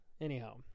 Anyhow